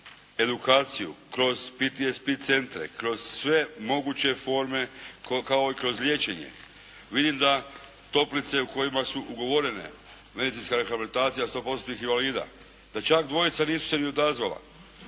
kroz edukaciju, kroz PTSP centre, kroz sve moguće forme kao i kroz liječenje. Vidim da toplice u kojima su ugovorene medicinska rehabilitacija 100%-tnih invalida, da čak dvojica nisu se ni odazvala